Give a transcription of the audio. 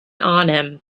arnhem